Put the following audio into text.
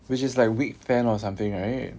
which is like week ten or something right